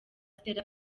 stella